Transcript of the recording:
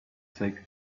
take